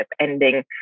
ending